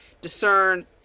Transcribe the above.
discern